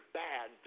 bad